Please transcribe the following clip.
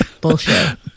bullshit